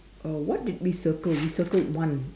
uh what did we circle we circled one